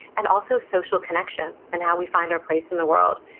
and also social connection and how we find our place in the world.